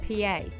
PA